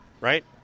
right